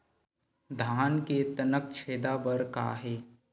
धान के तनक छेदा बर का हे?